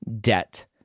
debt